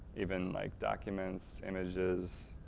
even like documents, images,